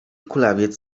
kulawiec